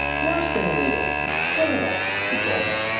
worse than illegal criminal! she told me.